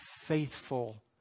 faithful